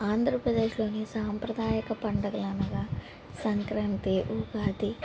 ఆంధ్రప్రదేశ్లోని సాంప్రదాయక పండుగలు అనగా సంక్రాంతి ఉగాది